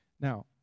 Now